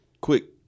quick